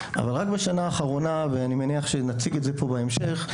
אבל רק בשנה האחרונה ואני מניח שנציג את זה פה בהמשך,